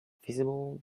feasible